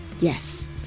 Yes